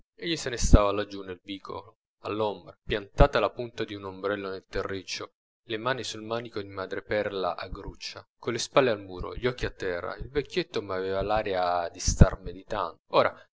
egli se ne stava laggiù nel vicolo all'ombra piantata la punta di un ombrello nel terriccio le mani sul manico di madreperla a gruccia con le spalle al muro gli occhi a terra il vecchietto m'aveva l'aria di star meditando ora